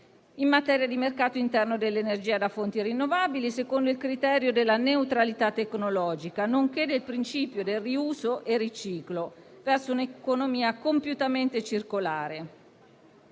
in materia di mercato interno dell'energia da fonti rinnovabili, secondo il criterio della neutralità tecnologica, nonché secondo il principio del riuso e riciclo, verso un'economia compiutamente circolare;